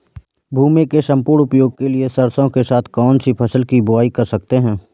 भूमि के सम्पूर्ण उपयोग के लिए सरसो के साथ कौन सी फसल की बुआई कर सकते हैं?